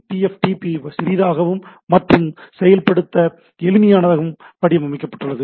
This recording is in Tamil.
டிஎஃப்டிபி சிறியதாகவும் மற்றும் செயல்படுத்த எளிமையானதாகவும் வடிவமைக்கப்பட்டுள்ளது